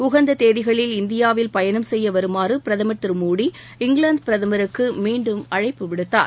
உகந்த தேதிகளில் இந்தியாவில் பயணம் செய்ய வருமாறு பிரதமர் திரு மோடி இங்கிலாந்து பிரதமருக்கு மீண்டும் அழைப்பு விடுத்தார்